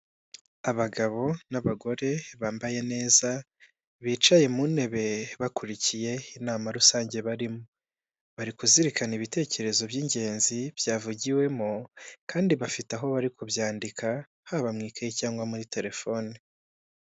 Abagabo n'abagore bambaye neza, bicaye mu ntebe, bakurikiye inama rusange barimo. Bari kuzirikana ibitekerezo by'ingenzi byavugiwemo, kandi bafite aho bari kubyandika, haba mu ikayi cyangwa muri telefone.